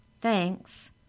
Thanks